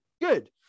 good